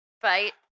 fight